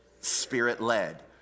spirit-led